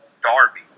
Darby